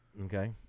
Okay